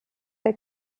der